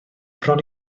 bron